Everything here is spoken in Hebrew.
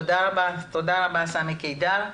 תודה רבה סמי קידר.